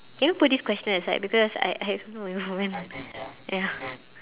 can you put this question aside because I I don't even ya